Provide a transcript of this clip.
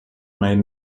made